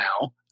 now